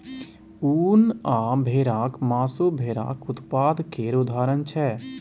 उन आ भेराक मासु भेराक उत्पाद केर उदाहरण छै